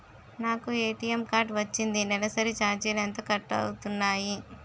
నాకు ATM card వచ్చింది నెలసరి ఛార్జీలు ఎంత కట్ అవ్తున్నాయి?